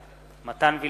בעד מתן וילנאי,